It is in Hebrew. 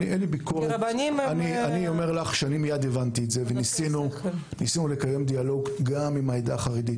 מיד הבנתי את זה וניסינו לקיים דיאלוג גם עם העדה החרדית,